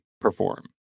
perform